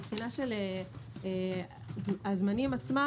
הזמנים עצמם,